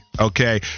okay